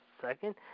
second